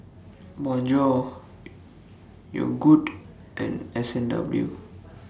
Bonjour Yogood and S and W